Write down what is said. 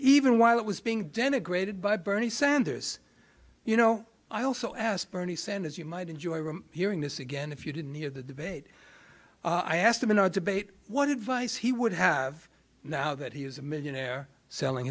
while it was being denigrated by bernie sanders you know i also asked bernie sanders you might enjoy hearing this again if you didn't hear the debate i asked him in our debate what advice he would have now that he is a millionaire selling